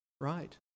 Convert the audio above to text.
Right